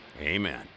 Amen